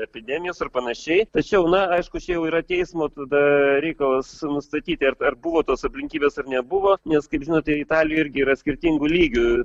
epidemijos ir panašiai tačiau na aiškus jau yra teismo tada reikalas nustatyti ar ar buvo tos aplinkybės ar nebuvo nes kaip žinote italijoj irgi yra skirtingų lygių